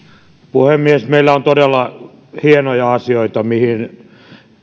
puhemies meillä on todella hienoja asioita mihin